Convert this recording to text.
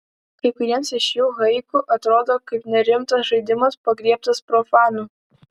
kai kuriems iš jų haiku atrodo kaip nerimtas žaidimas pagriebtas profanų